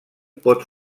pot